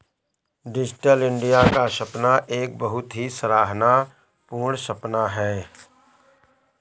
digital India का सपना एक बहुत ही सराहना पूर्ण सपना है